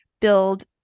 build